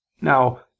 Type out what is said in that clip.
Now